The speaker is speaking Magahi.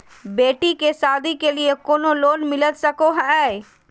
बेटी के सादी के लिए कोनो लोन मिलता सको है?